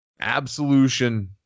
Absolution